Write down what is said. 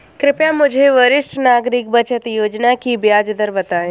कृपया मुझे वरिष्ठ नागरिक बचत योजना की ब्याज दर बताएं